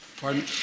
Pardon